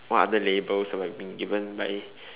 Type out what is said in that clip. what other labels have I been given by